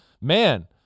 man